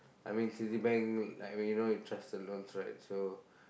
I mean Citibank like when you know you trust the loans right so